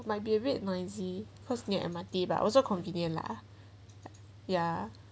might be a bit noisy cause near M_R_T but also convenient lah ya